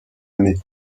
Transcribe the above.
année